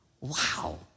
Wow